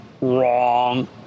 wrong